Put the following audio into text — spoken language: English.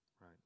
Right